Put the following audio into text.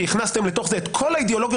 כי הכנסתם לתוך זה את כל האידיאולוגיות